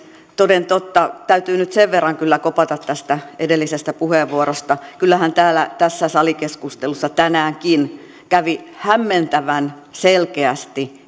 toden totta täytyy nyt sen verran kyllä kopata tästä edellisestä puheenvuorosta kyllähän täällä salikeskustelussa tänäänkin kävi hämmentävän selkeästi